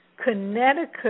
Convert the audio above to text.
Connecticut